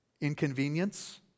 inconvenience